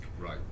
Right